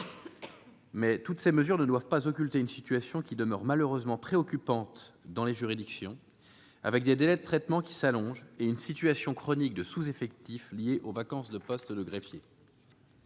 Mais toutes ces mesures ne doivent pas occulter une situation qui demeurent malheureusement préoccupante dans les juridictions, avec des délais de traitement qui s'allonge et une situation chronique de sous-effectifs lié aux vacances de postes de greffiers.